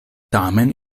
tamen